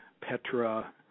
Petra